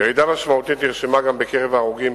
ירידה משמעותית נרשמה גם בקרב הערבים,